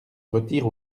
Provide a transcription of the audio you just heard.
retire